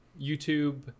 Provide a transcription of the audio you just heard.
YouTube